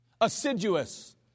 Assiduous